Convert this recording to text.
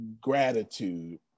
gratitude